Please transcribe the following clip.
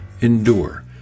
Endure